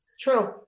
True